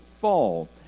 fall